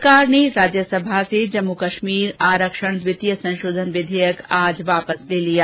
सरकार ने राज्यसभा से जम्मू कश्मीर आरक्षण द्वितीय संशोधन विधेयक आज वापस ले लिया